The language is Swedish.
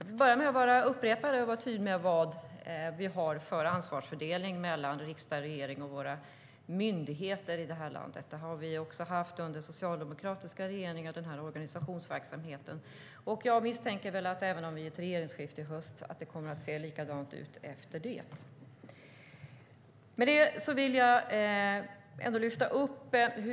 Fru talman! Jag vill börja med att upprepa vilken ansvarsfördelning vi har mellan riksdag, regering och våra myndigheter. Denna organisation har vi också haft under socialdemokratiska regeringar, och jag misstänker att det kommer att se likadant ut även om det blir regeringsskifte i höst.